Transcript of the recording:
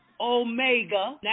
Omega